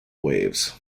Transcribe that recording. waves